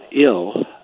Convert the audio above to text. ill